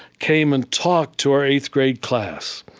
came and talked to our eighth-grade class,